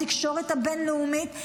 בתקשורת הבין-לאומית?